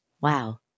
Wow